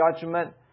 judgment